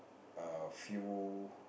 a few